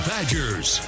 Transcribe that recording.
Badgers